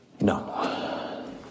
No